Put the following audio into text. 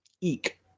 Eek